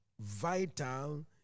vital